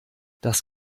das